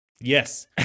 yes